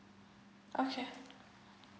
okay